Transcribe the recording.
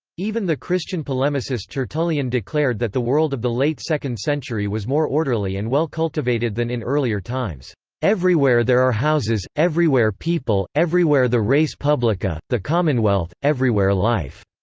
even the christian polemicist tertullian declared that the world of the late second century was more orderly and well-cultivated than in earlier times everywhere there are houses, everywhere people, everywhere the res publica, the commonwealth, everywhere life.